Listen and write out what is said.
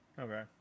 Okay